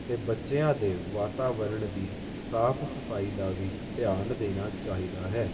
ਅਤੇ ਬੱਚਿਆਂ ਦੇ ਵਾਤਾਵਰਣ ਦੀ ਸਾਫ ਸਫਾਈ ਦਾ ਵੀ ਧਿਆਨ ਦੇਣਾ ਚਾਹੀਦਾ ਹੈ